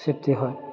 safety হয়